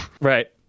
Right